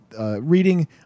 reading